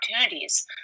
opportunities